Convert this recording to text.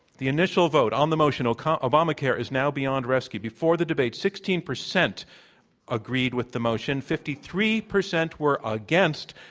the initial vote on the motion ah kind of obamacare is now beyond rescue before the debate, sixteen percent agreed with the motion. fifty three percent were against.